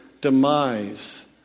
demise